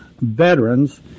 veterans